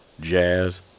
Jazz